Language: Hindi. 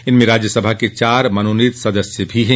इनमें राज्यसभा के चार मनोनीत सदस्य भी हैं